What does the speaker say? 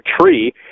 tree